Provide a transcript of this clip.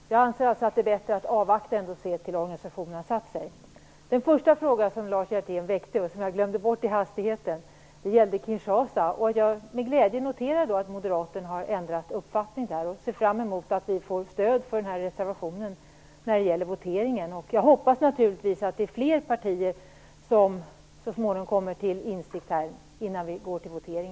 Herr talman! Jag anser alltså att det är bättre att avvakta med detta tills organisationen har satt sig. Jag glömde i hastigheten bort den första fråga som Lars Hjertén väckte. Den gällde Kinshasa. Jag noterar med glädje att moderaterna här har ändrat uppfattning, och jag ser fram emot att vi i voteringen får stöd för reservationen på den punkten. Jag hoppas naturligtvis att fler partier kommer till samma insikt innan vi i morgon går till votering.